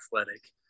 athletic